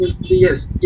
yes